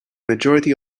majority